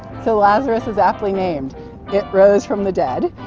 the lazarus is aptly named it rose from the dead.